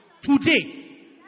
today